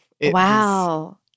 Wow